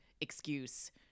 excuse